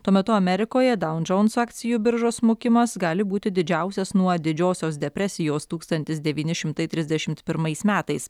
tuo metu amerikoje daun džons akcijų biržos smukimas gali būti didžiausias nuo didžiosios depresijos tūkstantis devyni šimtai trisdešimt pirmais metais